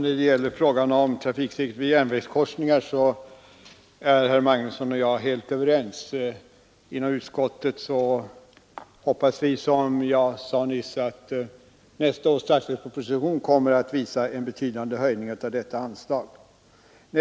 Fru talman! I frågan om trafiksäkerheten vid järnvägskorsningar är herr Magnusson i Kristinehamn och jag helt överens. Inom utskottet hoppas vi som jag nyss sade, att statsverkspropositionen för nästa år redovisar en betydande höjning av detta anslag.